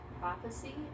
prophecy